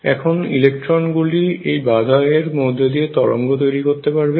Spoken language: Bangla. এবং এখন ইলেকট্রনগুলি এই বাধা এর মধ্যে দিয়ে তরঙ্গ তৈরি করতে পারবে